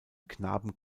knaben